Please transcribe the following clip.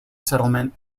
settlement